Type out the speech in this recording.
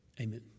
Amen